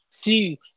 See